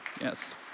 Yes